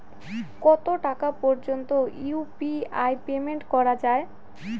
কত টাকা পর্যন্ত ইউ.পি.আই পেমেন্ট করা যায়?